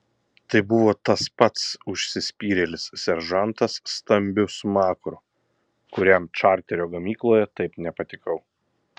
tai buvo tas pats užsispyrėlis seržantas stambiu smakru kuriam čarterio gamykloje taip nepatikau